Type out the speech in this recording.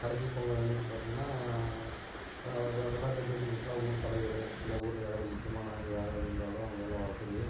கடைசி பொங்கல் அன்னைக்கு பார்த்திங்கனா வெள்ளாட்டில் ஜெய்ச்சவங்களுக்கெல்லாம் ஊர் தலைவர் இல்லை ஊரில் யாராவது முக்கியமான ஆளுங்க யாராவது இருந்தாலோ அவங்கள எல்லாம் வர சொல்லி